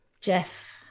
Jeff